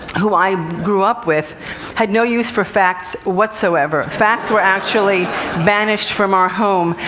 who i grew up with had no use for facts whatsoever. facts were actually banished from our home.